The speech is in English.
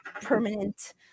permanent